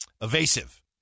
evasive